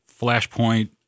flashpoint